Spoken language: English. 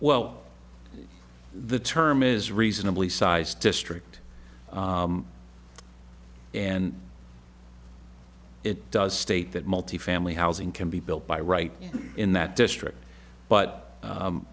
well the term is reasonably sized district and it does state that multifamily housing can be built by right in that district but